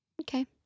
okay